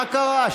מה קרה?